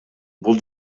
бул